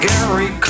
Gary